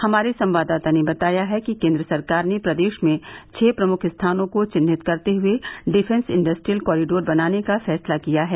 हमारे संवाददाता ने बताया है कि केन्द्र सरकार ने प्रदेश में छह प्रमुख स्थानों को चिन्हित करते हए डिफेंस इंडस्ट्रियल कारिडोर बनाने का फैसला किया है